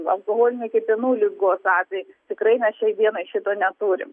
alkoholinio kepenų ligos atveju tikrai mes šiai dienai šito neturim